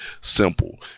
simple